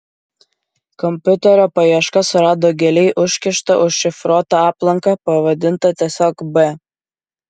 kompiuterio paieška surado giliai užkištą užšifruotą aplanką pavadintą tiesiog b